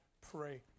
pray